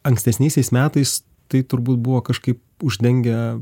ankstesniaisiais metais tai turbūt buvo kažkaip uždengę